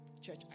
church